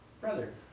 brother